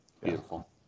Beautiful